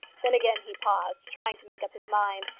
then again he paused, trying to make up his mind,